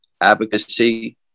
advocacy